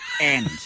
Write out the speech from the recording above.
End